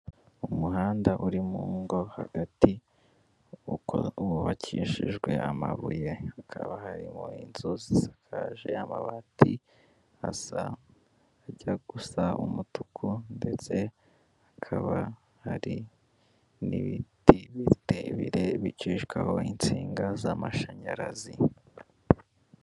Umuhanda uri mu ngo hagati, wubakishijwe amabuye, hakaba harimo inzu zisakaje amabati, asa, ajya gusa umutuku, ndetse hakaba hari n'ibiti birebire bicishwaho insinga z'amashanyarazi.